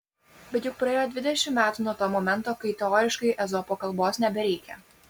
bet juk praėjo dvidešimt metų nuo to momento kai teoriškai ezopo kalbos nebereikia